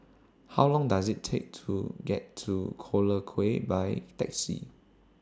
How Long Does IT Take to get to Collyer Quay By Taxi